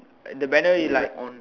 the banner is like on